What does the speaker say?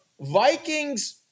Vikings